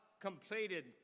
completed